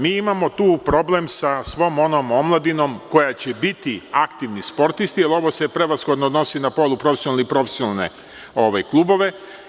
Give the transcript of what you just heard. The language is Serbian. Mi tu imamo problem sa svom onom omladinom koja će biti aktivni sportisti, jer ovo se prevashodno odnosi na poluprofesionalne i profesionalne klubove.